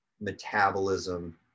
metabolism